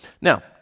Now